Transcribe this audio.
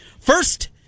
First